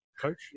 coach